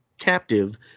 captive